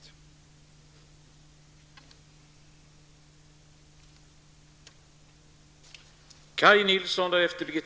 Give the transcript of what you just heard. Hambraeus i stället fick delta i överläggningen.